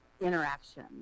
interaction